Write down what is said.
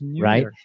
right